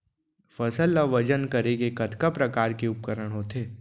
फसल ला वजन करे के कतका प्रकार के उपकरण होथे?